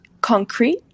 concrete